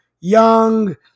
young